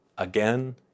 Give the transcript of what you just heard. Again